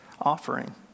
offering